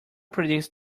predicts